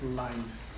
life